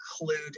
include